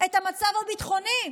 את המצב הביטחוני.